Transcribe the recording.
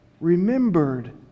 remembered